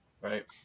Right